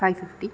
five fifty